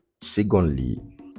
Secondly